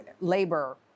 labor